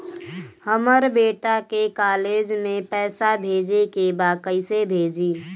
हमर बेटा के कॉलेज में पैसा भेजे के बा कइसे भेजी?